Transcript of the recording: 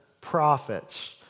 prophets